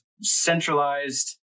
centralized